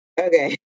Okay